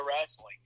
wrestling